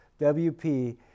WP